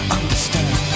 understand